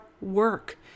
work